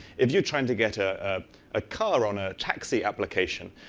if you're trying to get ah ah a car on a taxi applications,